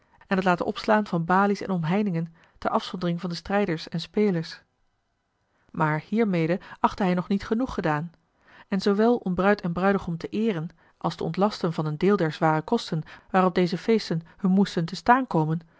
en het laten opslaan van balies en omheiningen ter afzondering van de strijders en spelers maar hiermede achtte hij nog niet eel genoeg gedaan en zoowel om bruid en bruidegom te eeren als te ontlasten van een deel der zware kosten waarop deze feesten hun moesten te staan komen